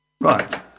Right